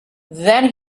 then